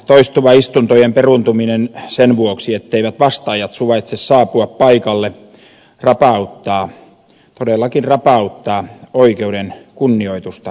toistuva istuntojen peruuntuminen sen vuoksi etteivät vastaajat suvaitse saapua paikalle rapauttaa todellakin rapauttaa oikeuden kunnioitusta suomessa